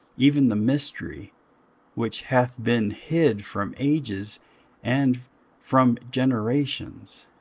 even the mystery which hath been hid from ages and from generations,